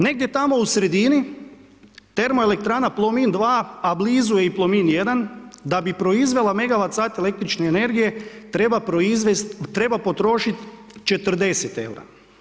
Negdje tamo u sredini termoelektrana Plomin 2 a blizu je i Plomin 1 da bi proizvela megawat sat električne energije, treba potrošiti 40 eura.